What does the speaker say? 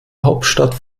hauptstadt